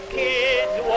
kids